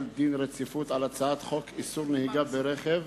דין רציפות על הצעת חוק איסור נהיגה ברכב